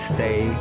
Stay